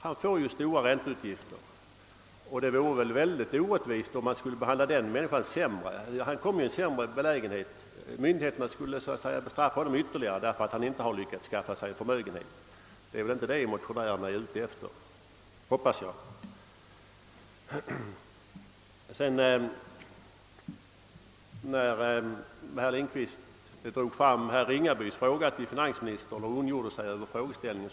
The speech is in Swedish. Han får då stora ränteutgifter och råkar alltså i ett sämre läge. Då vore det väl ändå oerhört orättvist om myndigheterna skulle bestraffa honom ytterligare därför att han inte har lyckats skaffa sig någon förmögenhet. Herr Lindkvist tog upp herr Ringabys fråga till finansministern och ondgjorde sig över herr Ringabys frågeställning.